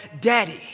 Daddy